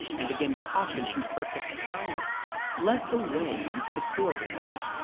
and again cautioning perfect silence, led the way into the corridor.